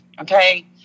okay